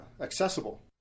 accessible